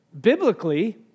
Biblically